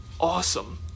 awesome